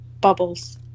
Bubbles